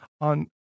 on